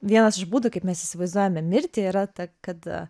vienas iš būdų kaip mes įsivaizduojame mirtį yra ta kad